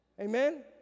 Amen